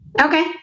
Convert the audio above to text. Okay